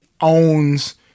owns